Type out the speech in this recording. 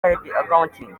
accounting